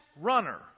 runner